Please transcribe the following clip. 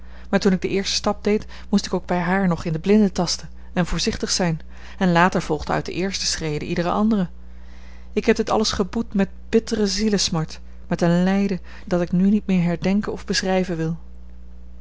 maar toen ik den eersten stap deed moest ik ook bij haar nog in den blinde tasten en voorzichtig zijn en later volgde uit de eerste schrede iedere andere ik heb dit alles geboet met bittere zielesmart met een lijden dat ik nu niet meer herdenken of beschrijven wil